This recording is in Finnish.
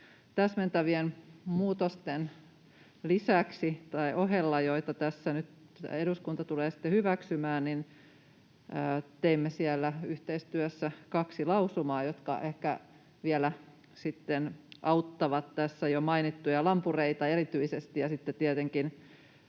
täsmentävien muutosten ohella, jotka tässä eduskunta tulee nyt hyväksymään, teimme yhteistyössä kaksi lausumaa, jotka ehkä auttavat tässä jo mainittuja lampureita erityisesti